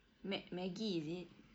mag~ maggie is it